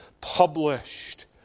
published